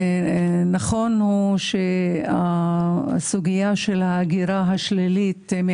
נכון שהסוגיה של ההגירה השלילית,